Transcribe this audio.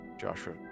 Joshua